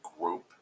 group